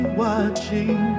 watching